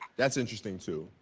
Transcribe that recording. that's interest being to